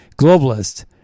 globalist